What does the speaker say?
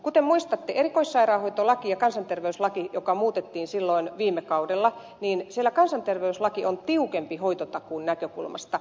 kuten muistatte erikoissairaanhoitolaki ja kansanterveyslaki muutettiin viime kaudella ja niistä kansanterveyslaki on tiukempi hoitotakuun näkökulmasta